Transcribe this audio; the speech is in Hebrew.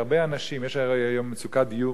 יש הרי היום מצוקת דיור נוראה